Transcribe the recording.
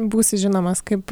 būsi žinomas kaip